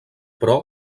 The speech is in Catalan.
però